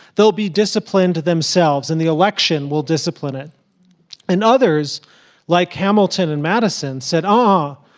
they'll be disciplined to themselves and the election will discipline it and others like hamilton and madison said, oh,